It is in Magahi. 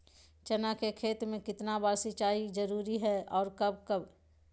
चना के खेत में कितना बार सिंचाई जरुरी है और कब कब?